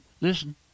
Listen